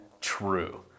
true